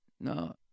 No